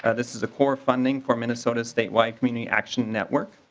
and this is a core funding for minnesota statewide committee action network.